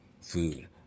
food